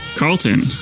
carlton